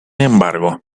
embargo